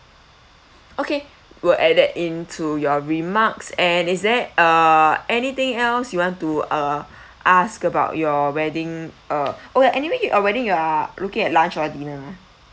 okay will add that into your remarks and is there uh anything else you want to uh ask about your wedding uh oh ya anyway your wedding you are looking at lunch or dinner ah